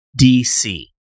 dc